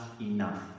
enough